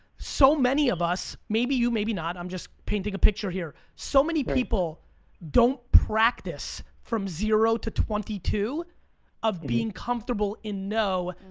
so many of us, maybe you, maybe not, i'm just painting a picture here, so many people don't practice from zero to twenty two of being comfortable in no.